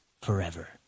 forever